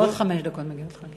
עוד חמש דקות מגיעות לך.